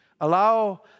Allow